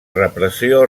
repressió